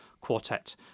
quartet